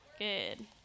Good